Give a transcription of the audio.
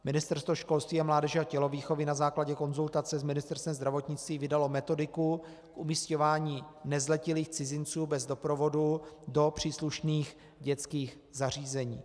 Ministerstvo školství, mládeže a tělovýchovy na základě konzultace s Ministerstvem zdravotnictví vydalo metodiku k umisťování nezletilých cizinců bez doprovodu do příslušných dětských zařízení.